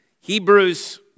Hebrews